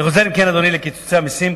אני חוזר, אם כן, אדוני לקיצוצי המסים.